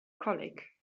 colic